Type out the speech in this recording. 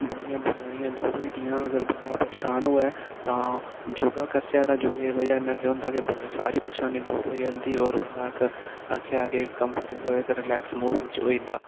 बड़ियां बमारियां दूर होई जंदियां अगर बंदा परेशान होऐ तां योगा करचै तां योगे दी बजह केह् होंदा के कन्नै मतलब सारी परेशानी दूर होई जंदी होर बंदा इक आक्खेआ कि कंफरटेबल इक रिलैक्स मूड बिच्च होई जंदा